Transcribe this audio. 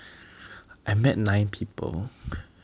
I met nine people